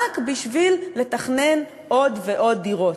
רק בשביל לתכנן עוד ועוד דירות.